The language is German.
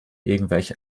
irgendwelche